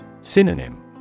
Synonym